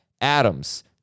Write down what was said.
Adams